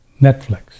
Netflix